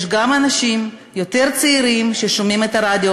יש גם אנשים יותר צעירים שמאזינים לרדיו